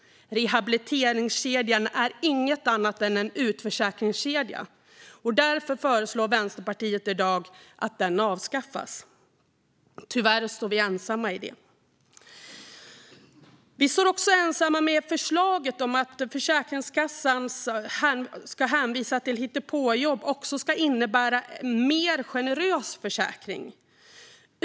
Rehabiliteringskedjan är inget annat än en utförsäkringskedja, och därför föreslår Vänsterpartiet i dag att den avskaffas. Tyvärr står vi ensamma i det. Vi står också ensamma med förslaget om en mer generös försäkring om Försäkringskassan ska hänvisa till hittepåjobb.